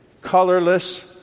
colorless